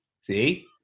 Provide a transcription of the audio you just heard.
See